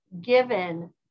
given